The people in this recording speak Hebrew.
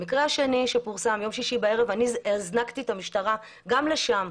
לגבי המקרה השני שפורסם - ביום שישי בערב אני הזנקתי את המשטרה גם לשם,